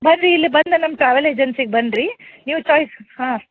ಬನ್ರಿ ಇಲ್ಲಿ ಬಂದು ನಮ್ಮ ಟ್ರಾವೆಲ್ ಏಜೆನ್ಸಿಗೆ ಬನ್ನಿರಿ ನೀವು ಚಾಯ್ಸ್ ಹಾಂ